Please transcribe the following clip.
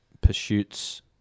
pursuits